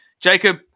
jacob